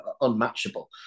unmatchable